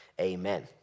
amen